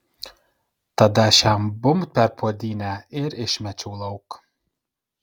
tada aš jam bumbt per puodynę ir išmečiau lauk